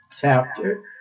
chapter